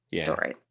story